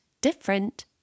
different